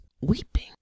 weeping